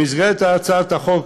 במסגרת הצעת החוק